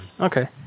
Okay